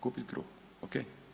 Kupiti kruh, ok.